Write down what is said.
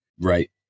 Right